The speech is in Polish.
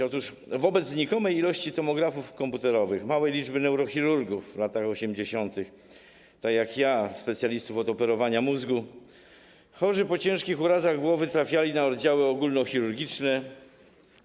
Otóż wobec znikomej liczby tomografów komputerowych, małej liczby neurochirurgów w latach 80., takich jak ja specjalistów od operowania mózgu, chorzy po ciężkich urazach głowy trafiali na oddziały ogólnochirurgiczne.